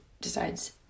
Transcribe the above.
decides